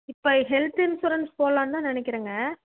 இப்போ health insurance போடலான்தான் நினைக்கிறேங்க